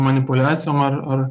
manipuliacijom ar ar